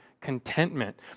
contentment